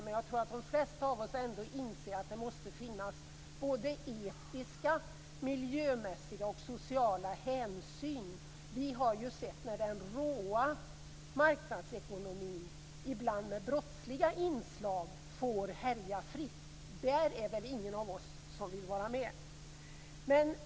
Men jag tror att de flesta av oss ändå inser att det måste finnas etiska, miljömässiga och sociala hänsyn. Vi har sett när den råa marknadsekonomin, ibland med brottsliga inslag, får härja fritt. Där är det väl ingen av oss som vill vara med.